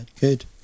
good